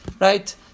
right